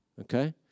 Okay